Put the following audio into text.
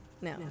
No